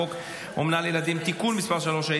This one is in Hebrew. חוק אומנה לילדים (תיקון מס' 3),